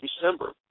December